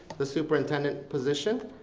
the superintendent position,